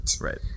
Right